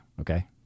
okay